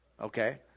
okay